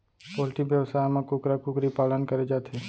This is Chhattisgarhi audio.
पोल्टी बेवसाय म कुकरा कुकरी पालन करे जाथे